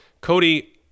Cody